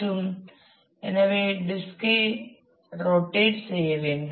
மற்றும் எனவே டிஸ்க் ஐ ரொட்டேட் செய்ய வேண்டும்